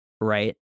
right